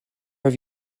have